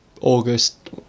August